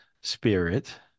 spirit